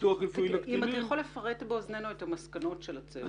אם אתה יכול לפרט באוזנינו את מסקנות הצוות.